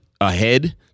ahead